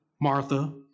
Martha